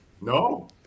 No